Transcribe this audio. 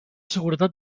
seguretat